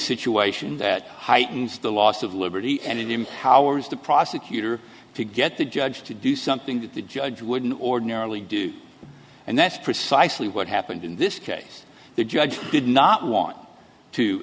situation that heightens the loss of liberty and it empowers the prosecutor to get the judge to do something that the judge wouldn't ordinarily do and that's precisely what happened in this case the judge did not want to